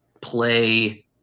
play